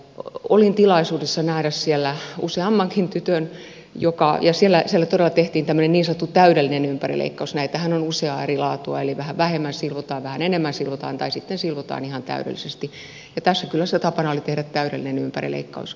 olin tilaisuudessa nähdä siellä useammankin tytön joka ja siellä todella tehtiin tämmöinen niin sanottu täydellinen ympärileikkaus näitähän on useaa eri laatua eli vähän vähemmän silvotaan vähän enemmän silvotaan tai sitten silvotaan ihan täydellisesti ja tässä kylässä tapana oli tehdä täydellinen ympärileikkaus